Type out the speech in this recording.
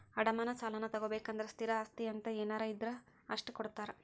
ಅಡಮಾನ ಸಾಲಾನಾ ತೊಗೋಬೇಕಂದ್ರ ಸ್ಥಿರ ಆಸ್ತಿ ಅಂತ ಏನಾರ ಇದ್ರ ಅಷ್ಟ ಕೊಡ್ತಾರಾ